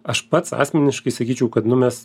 aš pats asmeniškai sakyčiau kad nu mes